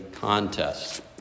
contest